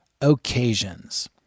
occasions